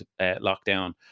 lockdown